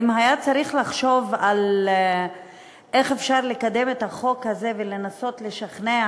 אם היה צריך לחשוב על איך אפשר לקדם את החוק הזה ולנסות לשכנע,